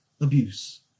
abuse